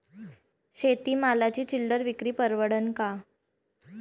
शेती मालाची चिल्लर विक्री परवडन का?